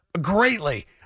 greatly